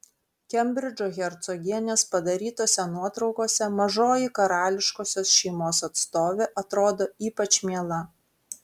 kembridžo hercogienės padarytose nuotraukose mažoji karališkosios šeimos atstovė atrodo ypač miela